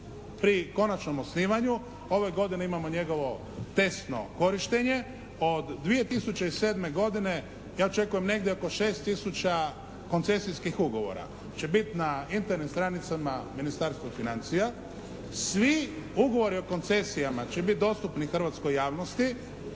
pri konačnom osnivanju, ove godine imamo njegovo testno korištenje. Od 2007. ja očekujem negdje oko 6 tisuća koncesijskih ugovora će biti na Internet stranicama Ministarstva financija. Svi ugovori o koncesijama će biti dostupni hrvatskoj javnosti,